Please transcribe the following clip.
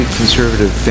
conservative